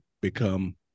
become